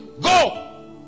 go